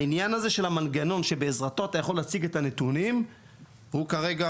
העניין הזה של המנגנון שבעזרתו אתה יכול להציג את הנתונים הוא כרגע